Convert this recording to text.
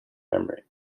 memory